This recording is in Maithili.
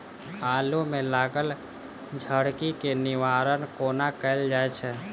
आलु मे लागल झरकी केँ निवारण कोना कैल जाय छै?